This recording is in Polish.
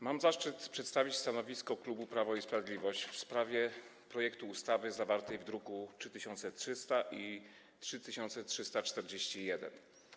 Mam zaszczyt przedstawić stanowisko klubu Prawo i Sprawiedliwość w sprawie projektu ustawy zawartej w drukach nr 3300 i 3341.